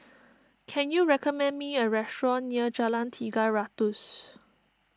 can you recommend me a restaurant near Jalan Tiga Ratus